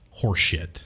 horseshit